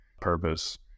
purpose